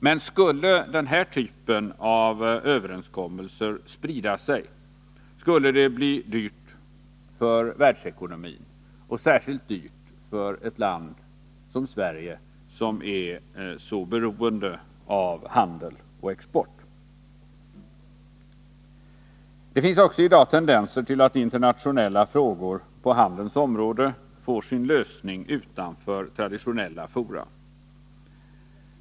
Men skulle den här typen av överenskommelser sprida sig skulle det bli dyrt för världsekonomin, och särskilt dyrt skulle det bli för ett land som Sverige, som är så beroende av handel och export. Det finns i dag också tendenser till att internationella frågor på handelns område får sin lösning utanför traditionella fora.